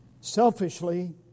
selfishly